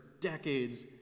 decades